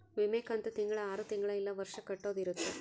ವಿಮೆ ಕಂತು ತಿಂಗಳ ಆರು ತಿಂಗಳ ಇಲ್ಲ ವರ್ಷ ಕಟ್ಟೋದ ಇರುತ್ತ